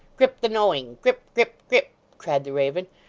grip the knowing grip, grip, grip cried the raven,